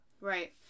Right